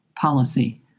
policy